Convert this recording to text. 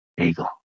eagle